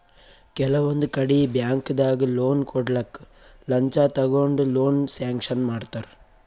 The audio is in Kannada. ಕೆಲವೊಂದ್ ಕಡಿ ಬ್ಯಾಂಕ್ದಾಗ್ ಲೋನ್ ಕೊಡ್ಲಕ್ಕ್ ಲಂಚ ತಗೊಂಡ್ ಲೋನ್ ಸ್ಯಾಂಕ್ಷನ್ ಮಾಡ್ತರ್